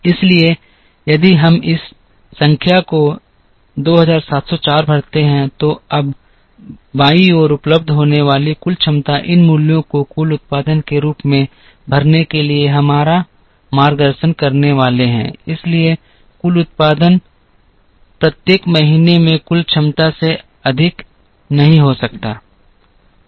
इसलिए यदि हम इस संख्या को 2704 भरते हैं तो अब बाईं ओर उपलब्ध होने वाली कुल क्षमता इन मूल्यों को कुल उत्पादन के रूप में भरने के लिए हमारा मार्गदर्शन करने वाली है इसलिए कुल उत्पादन प्रत्येक महीने में कुल क्षमता से अधिक नहीं हो सकता है